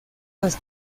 las